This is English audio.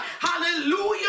Hallelujah